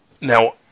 Now